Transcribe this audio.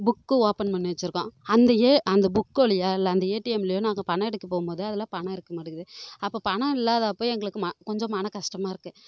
book open பண்ணி வச்சுருக்கோம் அந்த ஏ அந்த புக் வழியாக இல்லை அந்த ஏடிஎம்லயோ நாங்கள் பணம் எடுக்க போகும்போது அதில் பணம் இருக்க மாட்டேங்குது அப்போது பணம் இல்லாதப்போ எங்களுக்கு ம கொஞ்சம் மன கஷ்டமாக இருக்குது